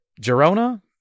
Girona